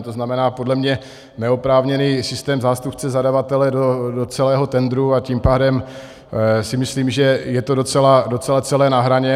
To znamená podle mě, neoprávněný systém zástupce zadavatele do celého tendru, a tím pádem si myslím, že je to celé docela na hraně.